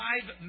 five